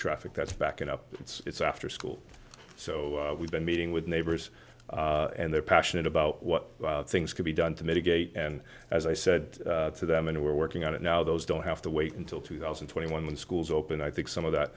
traffic that's back it up it's after school so we've been meeting with neighbors and they're passionate about what things can be done to mitigate and as i said to them and we're working on it now those don't have to wait until two thousand and twenty one when schools open i think some of that